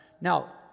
now